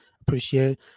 Appreciate